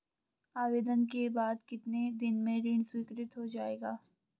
आवेदन के बाद कितने दिन में ऋण स्वीकृत हो जाएगा?